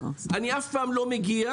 אני אף פעם לא מגיע,